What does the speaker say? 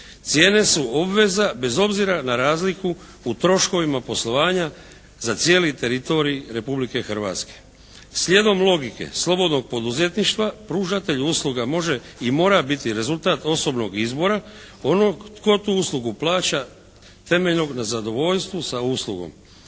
Cijene su obveza bez obzira na razliku u troškovima poslovanja za cijeli teritorij Republike Hrvatske. Slijedom logike slobodnog poduzetništva pružatelj usluga može i mora biti rezultat osobnog izbora onog tko tu uslugu plaća temeljenu na zadovoljstvu sa uslugom.